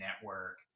network